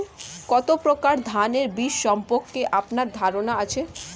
কত প্রকার ধানের বীজ সম্পর্কে আপনার ধারণা আছে?